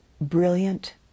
brilliant